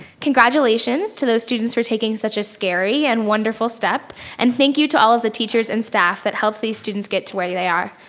congratulations to those students who are taking such a scary and wonderful step and thank you to all of the teachers and staff that helped these students get to where they are.